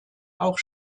auch